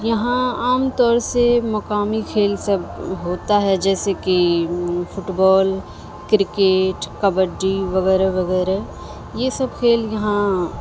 یہاں عام طور سے مقامی کھیل سب ہوتا ہے جیسے کہ فٹ بال کرکٹ کبڈی وغیرہ وغیرہ یہ سب کھیل یہاں